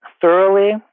thoroughly